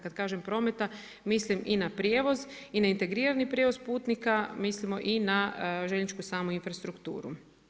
Kada kažem prometa, mislim i na prijevoz i na integrirani prijevoz putnika, mislimo i na željezničku samu infrastrukturu.